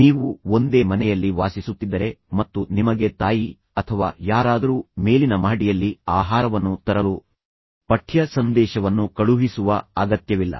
ನೀವು ಒಂದೇ ಮನೆಯಲ್ಲಿ ವಾಸಿಸುತ್ತಿದ್ದರೆ ಮತ್ತು ನಿಮಗೆ ತಾಯಿ ಅಥವಾ ಯಾರಾದರೂ ಮೇಲಿನ ಮಹಡಿಯಲ್ಲಿ ಆಹಾರವನ್ನು ತರಲು ಪಠ್ಯ ಸಂದೇಶವನ್ನು ಕಳುಹಿಸುವ ಅಗತ್ಯವಿಲ್ಲ